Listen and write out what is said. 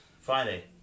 Friday